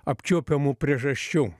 apčiuopiamų priežasčių